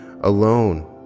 alone